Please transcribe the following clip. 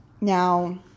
now